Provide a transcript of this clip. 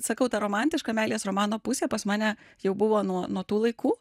sakau ta romantiška meilės romano pusė pas mane jau buvo nuo nuo tų laikų